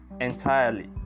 entirely